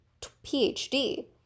PhD